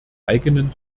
eigenen